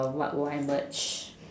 what will I merge